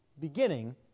beginning